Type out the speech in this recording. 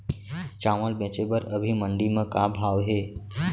चांवल बेचे बर अभी मंडी म का भाव हे?